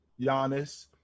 Giannis